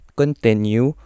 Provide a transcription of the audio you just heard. continue